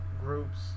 groups